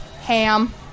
Ham